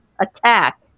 attack